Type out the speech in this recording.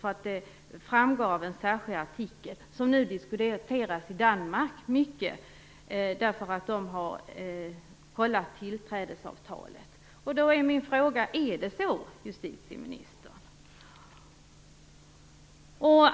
Det framgår av en särskild artikel, som nu diskuteras mycket i Danmark, därför att de har tittat närmare på tillträdesavtalet. Då är min fråga: Är det så justitieministern?